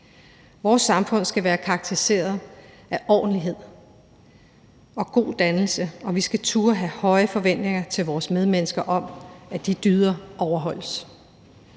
Vores samfund skal være karakteriseret af ordentlighed og god dannelse, og vi skal turde have høje forventninger til vores medmennesker om, at de dyder overholdes.